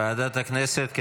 ועדת הכנסת,